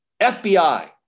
FBI